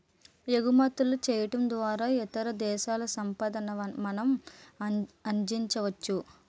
ఎగుమతులు చేయడం ద్వారా ఇతర దేశాల సంపాదన మనం ఆర్జించవచ్చు